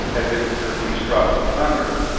as if truly struck with thunder,